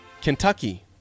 Kentucky